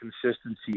consistency